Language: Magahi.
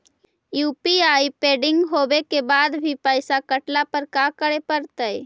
यु.पी.आई पेंडिंग होवे के बाद भी पैसा कटला पर का करे पड़तई?